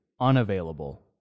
unavailable